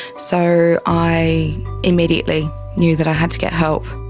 so i immediately knew that i had to get help.